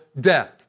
death